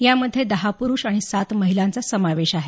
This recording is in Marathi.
यामध्ये दहा पुरुष आणि सात महिलांचा समावेश आहे